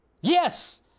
Yes